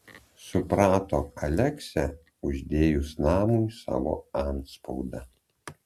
suprato aleksę uždėjus namui savo antspaudą